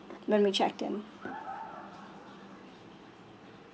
when we checked in